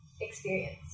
experience